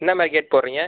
என்னா மாரி கேட் போடுறீங்க